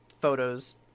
photos